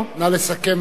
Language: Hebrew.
נא לסכם ולסיים.